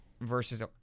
versus